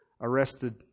arrested